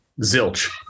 zilch